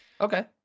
Okay